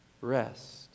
rest